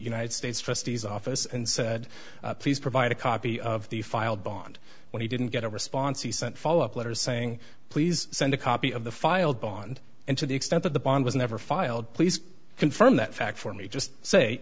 united states trustees office and said please provide a copy of the filed bond when he didn't get a response he sent follow up letter saying please send a copy of the filed bond and to the extent that the bond was never filed please confirm that fact for me just say